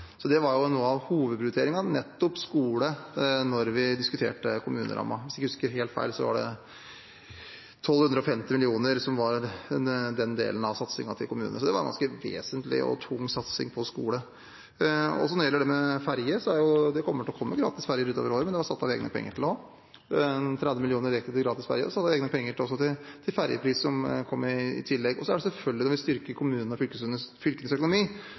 Så nettopp skole var jo en av hovedprioriteringene da vi diskuterte kommunerammen. Hvis jeg ikke husker helt feil, var den delen av satsingen på kommunene på 1 250 mill. kr, så det var en ganske vesentlig og tung satsing på skole. Når det gjelder det med ferje: Ja, det kommer til å komme gratis ferjer utover året, men det var satt av egne penger til det også – 30 mill. kr til gratis ferjer. Det er satt av egne penger også til redusert ferjepris, som kommer i tillegg. Så er det selvfølgelig slik at når vi styrker kommunene og fylkeskommunenes økonomi,